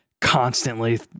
constantly